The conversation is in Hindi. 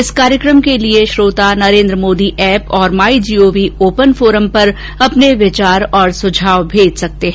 इस कार्यक्रम के लिए श्रोता नरेन्द्र मोदी एप और my G O V open forum पर अपने विचार और सुझाव भेज सकते हैं